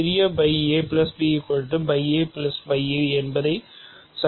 சிறிய என்பதை சரிபார்க்க விரும்புகிறோம்